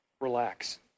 relax